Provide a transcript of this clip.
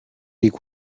week